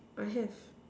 I have